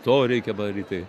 to reikia padaryti